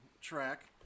track